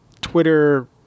Twitter